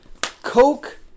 Coke